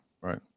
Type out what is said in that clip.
right